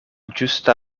ĝusta